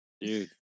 Dude